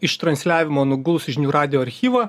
ištransliavimo nuguls į žinių radijo archyvą